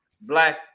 Black